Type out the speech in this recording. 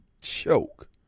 choke